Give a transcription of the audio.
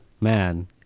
man